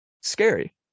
scary